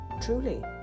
truly